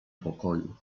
pokoju